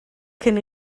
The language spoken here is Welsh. cyn